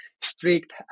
strict